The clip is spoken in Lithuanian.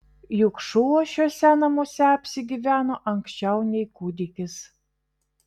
juk šuo šiuose namuose apsigyveno anksčiau nei kūdikis